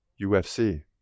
UFC